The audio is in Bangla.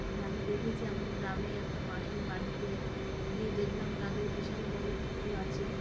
কিন্তু আমি দেখেছি আমাদের গ্রামে একটা মাসির বাড়িতে গিয়ে দেখলাম তাদের বিশাল বড়ো পুকুর আছে